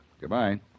Goodbye